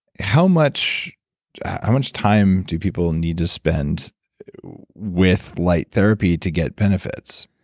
how much much time do people need to spend with light therapy to get benefits?